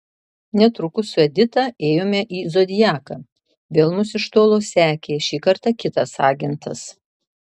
netrukus su edita ėjome į zodiaką vėl mus iš tolo sekė šį kartą kitas agentas